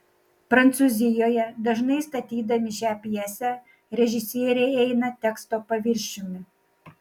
prancūzijoje dažnai statydami šią pjesę režisieriai eina teksto paviršiumi